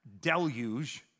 deluge